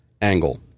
Angle